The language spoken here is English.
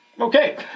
Okay